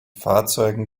fahrzeugen